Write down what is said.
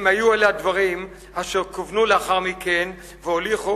אם היו אלה הדברים אשר כיוונו לאחר מכן והוליכו